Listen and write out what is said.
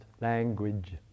language